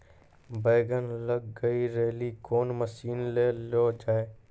बैंगन लग गई रैली कौन मसीन ले लो जाए?